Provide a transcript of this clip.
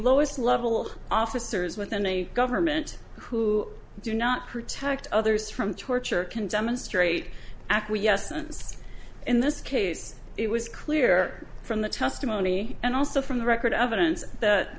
lowest level officers within a government who do not protect others from torture can demonstrate acquiescence in this case it was clear from the testimony and also from the record evidence that